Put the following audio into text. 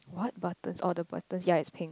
what buttons oh the buttons ya it's pink